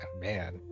man